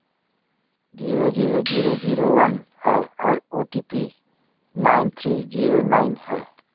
zero zero zero zero one है और O T P nine three zero nine है